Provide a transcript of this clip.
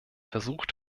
versucht